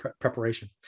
preparation